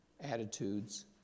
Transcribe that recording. attitudes